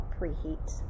preheat